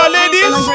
ladies